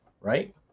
right